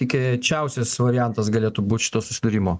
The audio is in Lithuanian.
tikėčiausias variantas galėtų būt šito susidūrimo